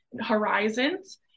Horizons